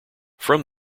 from